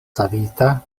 savita